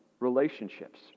Relationships